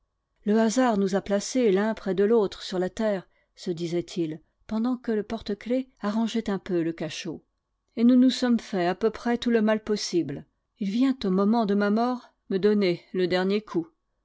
le hasard nous a placés l'un près de l'autre sur la terre se disait-il pendant que le porte-clefs arrangeait un peu le cachot et nous nous sommes fait à peu près tout le mal possible il vient au moment de ma mort me donner le dernier coup